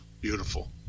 beautiful